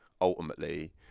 ultimately